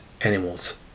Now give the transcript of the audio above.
animals